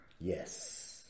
Yes